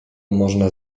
można